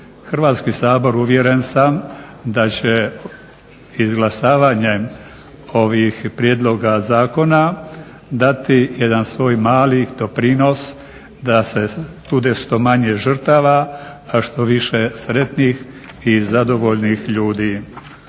Hrvatski sabor uvjeren sam da će izglasavanjem ovih prijedloga zakona dati jedan svoj mali doprinos da bude što manje žrtava, a što više sretnih i zadovoljnih ljudi.